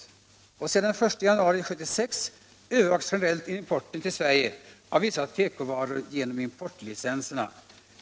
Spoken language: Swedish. Sedan den 1 januari 1976 övervakas generellt importen till Sverige av vissa tekovaror genom importlicenser.